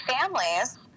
families